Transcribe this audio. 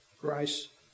grace